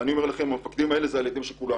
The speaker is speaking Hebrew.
ואני אומר לכם שהמפקדים האלה הם הילדים של כולנו.